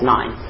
Nine